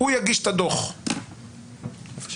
נכון